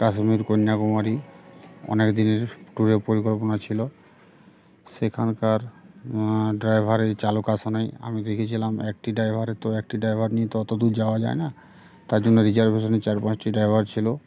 কাশ্মীর কন্যাকুমারী অনেক দিনের ট্যুরের পরিকল্পনা ছিল সেখানকার ড্রাইভারের চালক আসে নাই আমি দেখেছিলাম একটি ড্রাইভার তো একটি ড্রাইভার নিয়ে তো অত দূর যাওয়া যায় না তার জন্য রিজার্ভেশনের চার পাঁচটি ড্রাইভার ছিল